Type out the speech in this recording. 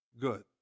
good